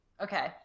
Okay